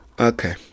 Okay